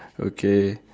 okay